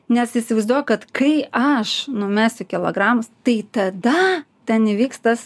nes įsivaizduoja kad kai aš numesiu kilogramus tai tada ten įvyks tas